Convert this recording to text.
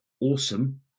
awesome